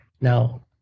Now